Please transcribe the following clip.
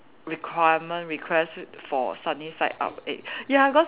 requirement request for sunny side up egg ya because